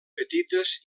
petites